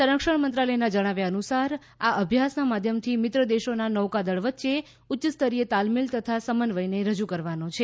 સંરક્ષણ મંત્રાલયના જણાવ્યા અનુસાર આ અભ્યાસના માધ્યમથી મિત્ર દેશોના નૌકાદળ વચ્ચે ઉચ્યસ્તરીય તાલમેલ તથા સમન્વયને રજૂ કરવાનો છે